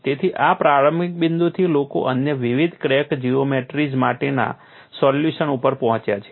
તેથી આ પ્રારંભિક બિંદુથી લોકો અન્ય વિવિધ ક્રેક જીઓમેટ્રીઝ માટેના સોલ્યુશન ઉપર પહોંચ્યા છે